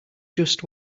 just